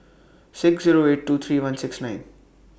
six Zero eight two three one six nine